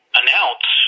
announce